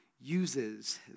uses